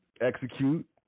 execute